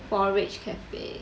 forage cafe